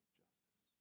justice